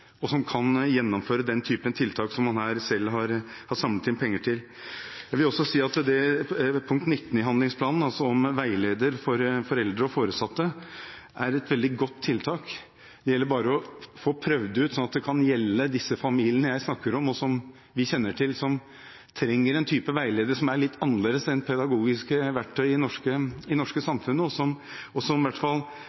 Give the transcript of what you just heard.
og som kan gjennomføre den typen tiltak som man her selv har samlet inn penger til. Jeg vil også si at punkt 19 i handlingsplanen, om veiledning til foreldre og foresatte, er et veldig godt tiltak. Det gjelder bare å få prøvd det ut, sånn at det kan gjelde disse familiene jeg snakker om, og som vi kjenner til, som trenger en type veiledning som er litt annerledes enn pedagogiske verktøy i det norske samfunnet, og som vi i hvert fall